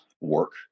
work